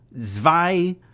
zwei